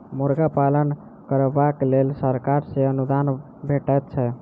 मुर्गा पालन करबाक लेल सरकार सॅ अनुदान भेटैत छै